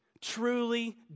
truly